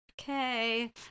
okay